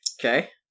Okay